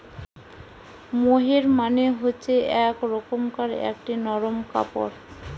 মোহের মানে হচ্ছে এক রকমকার একটি নরম কাপড়